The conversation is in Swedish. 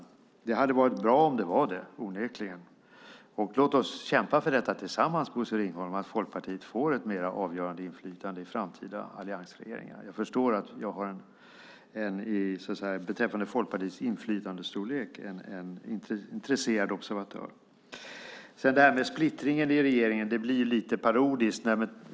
Det hade onekligen varit bra om det var det, och låt oss, Bosse Ringholm, tillsammans kämpa för att Folkpartiet får ett mer avgörande inflytande i framtida alliansregeringar. Jag förstår att jag har en intresserad observatör beträffande Folkpartiets inflytandestorlek. När det gäller splittringen i regeringen blir det lite parodiskt.